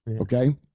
Okay